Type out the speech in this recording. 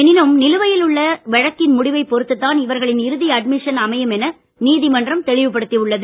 எனினும் நிலுவையில் உள்ள வழக்கின் முடிவை பொறுத்துதான் இவர்களின் இறுதி அட்மிஷன் அமையும் என நீதிமன்றம் தெளிவுப்படுத்தி உள்ளது